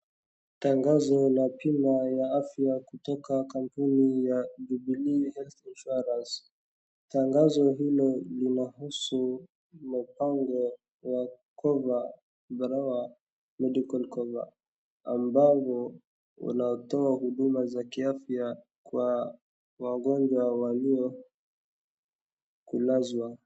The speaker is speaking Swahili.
Tangazo ya bima la afya kutoka kampuni ya Jubilee Health Insurance. Tangazo hilo linahusu mapango ya kwamba medical cover ambayo inatoa huduma za kiafya kwa wagonjwa walio kulazwa.